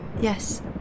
Yes